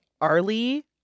Arlie